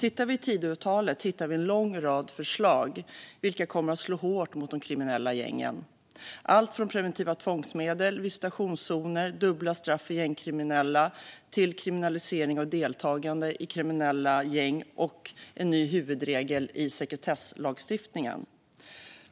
I Tidöavtalet hittar vi en lång rad förslag, vilka kommer att slå hårt mot de kriminella gängen. Det handlar om alltifrån preventiva tvångsmedel, visitationszoner, dubbla straff för gängkriminella och kriminalisering av deltagande i kriminella gäng till en ny huvudregel i sekretesslagstiftningen.